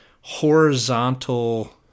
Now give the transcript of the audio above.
horizontal